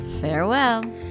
farewell